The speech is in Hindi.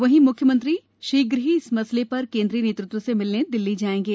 वहीं मुख्यमंत्री शीघ्र ही इस मसले पर केन्द्रीय नेतृत्व से मिलने दिल्ली जाएंगे